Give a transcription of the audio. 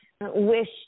wish